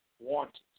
wanted